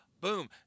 boom